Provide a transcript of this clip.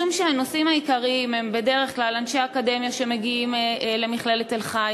משום שהנוסעים העיקריים הם בדרך כלל אנשי אקדמיה שמגיעים למכללת תל-חי,